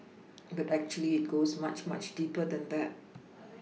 but actually it goes much much deeper than that